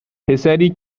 پسری